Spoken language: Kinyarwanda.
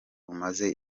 umaze